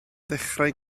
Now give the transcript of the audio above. ddechrau